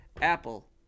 Apple